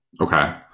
Okay